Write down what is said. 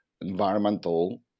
environmental